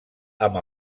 amb